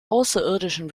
außerirdischen